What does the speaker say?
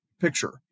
picture